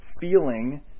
feeling